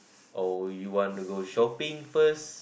or you want to go shopping first